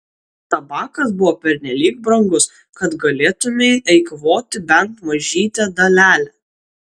tabakas buvo pernelyg brangus kad galėtumei eikvoti bent mažytę dalelę